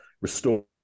restore